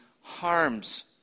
harms